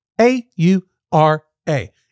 A-U-R-A